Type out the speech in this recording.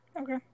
Okay